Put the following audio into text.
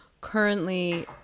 currently